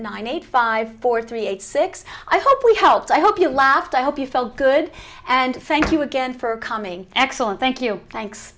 nine eight five four three eight six i hope we helped i hope you laughed i hope you felt good and thank you again for coming excellent thank you thanks